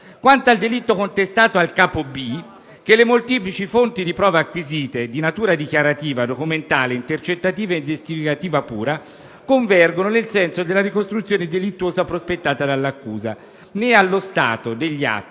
"Quanto al delitto contestato al capo *b)*, le molteplici fonti di prove acquisite, di natura dichiarativa, documentale, intercettativa e investigativa pura, convergono nel senso della ricostruzione delittuosa prospettata dall'accusa, né, allo stato degli atti, tali esiti